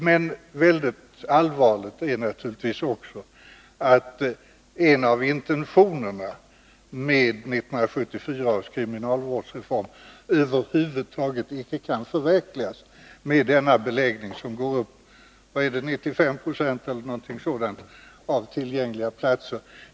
Men väldigt allvarligt är naturligtvis också att en av intentionerna med 1974 års kriminalvårdsreform över huvud taget inte kan förverkligas med denna beläggning, som går upp till ungefärligen 95 26 av antalet tillgängliga platser.